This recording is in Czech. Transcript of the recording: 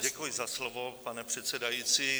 Děkuji za slovo, pane předsedající.